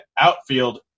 outfield